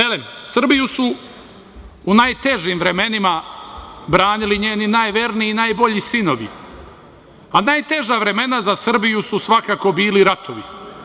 Elem, Srbiju su u najtežim vremenima branili njeni najverniji, najbolji sinovi, a najteža vremena za Srbiju su svakako bili ratovi.